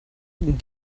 and